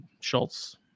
Schultz